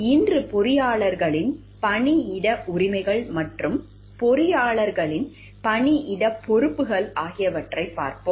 இன்று பொறியாளர்களின் பணியிட உரிமைகள் மற்றும் பொறியாளர்களின் பணியிடப் பொறுப்புகள் ஆகியவற்றைப் பார்ப்போம்